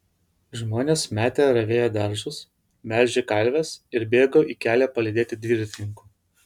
žmonės metė ravėję daržus melžę karves ir bėgo į kelią palydėti dviratininkų